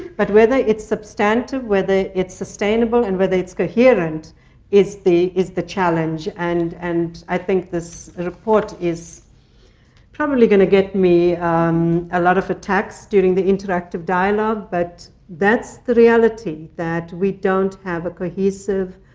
but whether it's substantive, whether it's sustainable, and whether it's coherent is the is the challenge. and and i think this report is probably going to get me a lot of attacks during the interactive dialogue. but that's the reality. that we don't have a cohesive,